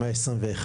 או 121,